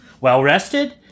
well-rested